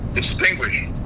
distinguished